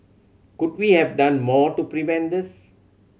could we have done more to prevent this